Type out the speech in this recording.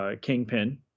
Kingpin